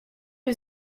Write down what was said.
est